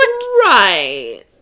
Right